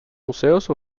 museos